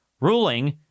ruling